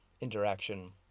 interaction